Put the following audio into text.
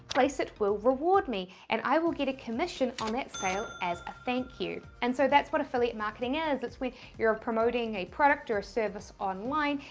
placeit will reward me. and i will get a commission on that sale as a thank you. and so that's what affiliate marketing is. it's when you're promoting a product or a service online,